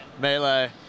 Melee